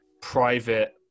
private